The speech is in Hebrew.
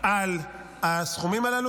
על הסכומים הללו,